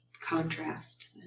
contrast